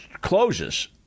closes